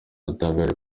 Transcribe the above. yatangaje